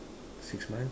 six months